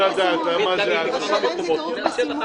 --- הסימון